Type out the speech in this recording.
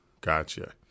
Gotcha